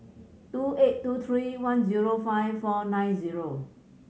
two eight two three one zero five four nine zero